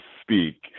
speak